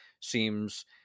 seems